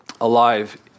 alive